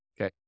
Okay